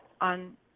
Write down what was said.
on